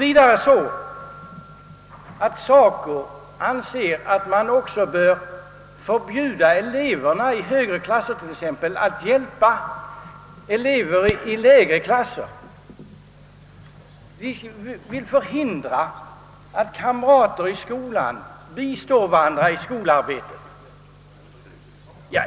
SACO anser vidare att man bör förbjuda eleverna i högre klasser att hjälpa elever i lägre klasser. Man vill förhindra att kamrater bistår varandra i skolarbetet.